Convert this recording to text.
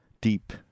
deep